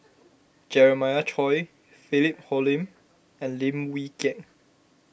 Jeremiah Choy Philip Hoalim and Lim Wee Kiak